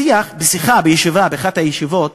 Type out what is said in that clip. בשיח, בשיחה, בישיבה, באחת הישיבות